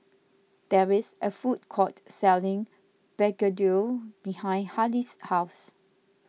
there is a food court selling Begedil behind Hali's house